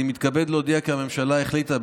אני מתכבד להודיע כי הממשלה החליטה,